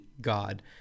god